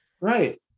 Right